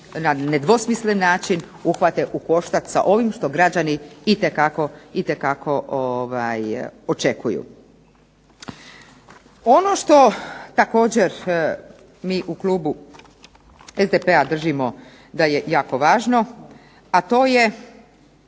na nedvosmislen način uhvate u koštac sa ovim što građani itekako očekuju. Ono što također mi u klubu SDP-a držimo da je jako važno, a to je